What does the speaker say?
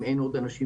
אם אין עוד אנשים,